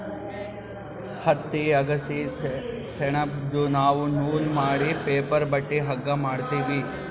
ಹತ್ತಿ ಅಗಸಿ ಸೆಣಬ್ದು ನಾವ್ ನೂಲ್ ಮಾಡಿ ಪೇಪರ್ ಬಟ್ಟಿ ಹಗ್ಗಾ ಮಾಡ್ತೀವಿ